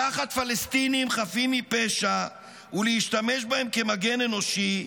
לקחת פלסטינים חפים מפשע ולהשתמש בהם כמגן אנושי,